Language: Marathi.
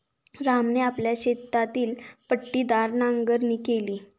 रामने आपल्या शेतातील पट्टीदार नांगरणी केली